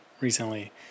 recently